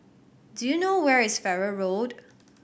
do you know where is Farrer Road